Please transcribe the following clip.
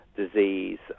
disease